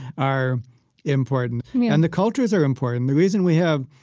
are important and the cultures are important. the reason we have,